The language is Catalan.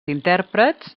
intèrprets